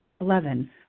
Eleven